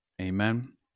Amen